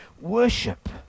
worship